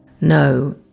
No